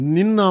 Nina